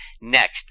NEXT